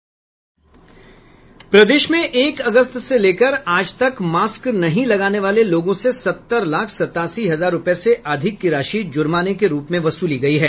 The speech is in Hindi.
प्रदेश में एक अगस्त से लेकर आज तक मास्क नहीं लगाने वाले लोगों से सत्तर लाख सतासी हजार रूपये से अधिक की राशि जुर्माने के रूप में वसूली गई है